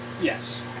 Yes